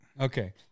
Okay